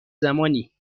زمانی